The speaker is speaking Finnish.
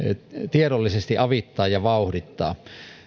tiedollisesti avittaa ja vauhdittaa